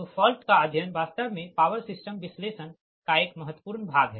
तो फॉल्ट का अध्ययन वास्तव में पावर सिस्टम विश्लेषण का एक महत्वपूर्ण भाग है